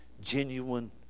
genuine